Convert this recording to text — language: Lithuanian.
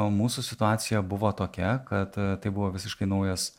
mūsų situacija buvo tokia kad tai buvo visiškai naujas